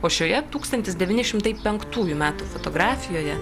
o šioje tūkstantis devyni šimtai penktųjų metų fotografijoje